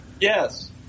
Yes